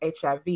HIV